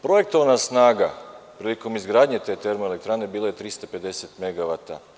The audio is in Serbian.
Projektovana snaga prilikom izgradnje te termoelektrane bila je 350 megavata.